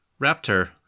Raptor